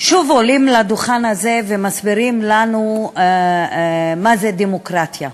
שוב עולים לדוכן הזה ומסבירים לנו מה זו דמוקרטיה,